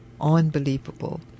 Unbelievable